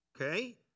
Okay